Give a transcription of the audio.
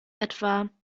etwa